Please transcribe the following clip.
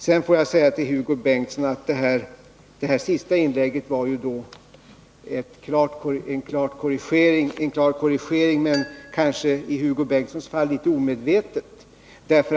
Sedan får jag säga till Hugo Bengtsson att hans senaste inlägg innebar en klar korrigering, men kanske i Hugo Bengtssons fall litet omedvetet.